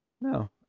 no